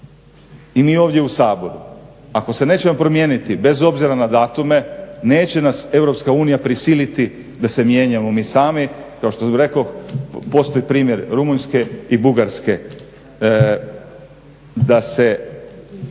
i mi ovdje u Saboru. Ako se nećemo promijeniti bez obzira na datume neće nas Europska unija prisiliti da se mijenjamo mi sami. Kao što rekoh, postoji primjer Rumunjske i Bugarske da se